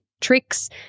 tricks